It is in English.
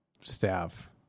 staff